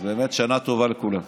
אז באמת שנה טובה לכולם.